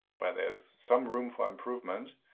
where there's some room for improvement.